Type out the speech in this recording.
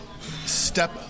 step